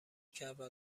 کردو